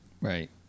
Right